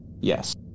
Yes